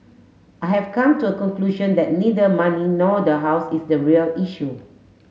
I have come to a conclusion that neither money nor the house is the real issue